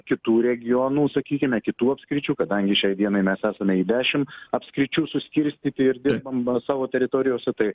kitų regionų sakykime kitų apskričių kadangi šiai dienai mes esame į dešimt apskričių suskirstyti ir dirbam savo teritorijose tai